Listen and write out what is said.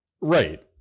Right